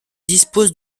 dispose